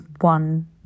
one